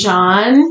John